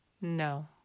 No